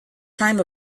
time